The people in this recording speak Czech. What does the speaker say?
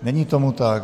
Není tomu tak.